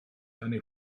eine